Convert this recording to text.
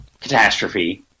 catastrophe